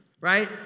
right